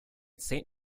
saint